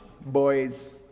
boys